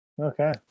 Okay